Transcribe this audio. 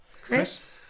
Chris